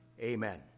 amen